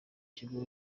kigo